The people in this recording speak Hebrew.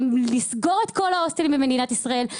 לסגור את כל ההוסטלים במדינת ישראל,